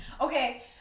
Okay